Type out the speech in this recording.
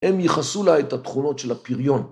‫הם ייחסו לה את התכונות של הפריון.